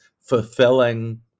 fulfilling